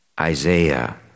Isaiah